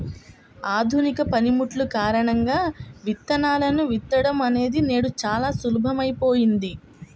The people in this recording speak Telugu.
ఆధునిక పనిముట్లు కారణంగా విత్తనాలను విత్తడం అనేది నేడు చాలా సులభమైపోయింది